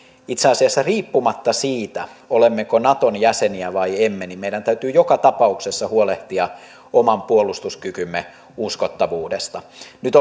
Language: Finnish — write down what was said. itse asiassa riippumatta siitä olemmeko naton jäseniä vai emme meidän täytyy joka tapauksessa huolehtia oman puolustuskykymme uskottavuudesta nyt